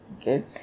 Okay